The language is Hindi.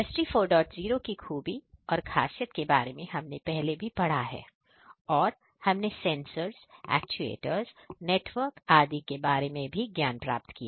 इंडस्ट्री 40 की खूबी और खासियत के बारे में हमने पहले भी पड़ा है हमने सेंसर एक्चुएटर्स नेटवर्क आदि के बारे में भी ज्ञान प्राप्त किया